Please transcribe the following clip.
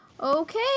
Okay